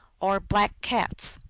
or black cats.